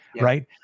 right